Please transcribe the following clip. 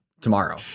tomorrow